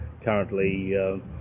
currently